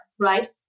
right